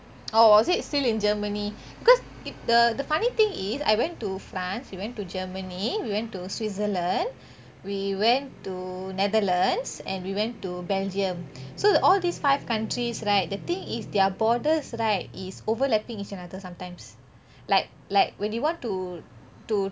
oh was it still in germany because the the funny thing is I went to france we went to germany we went to switzerland we went to netherlands and we went to belgium so the all these five countries right the thing is their borders right is overlapping each another sometimes like like when you want to to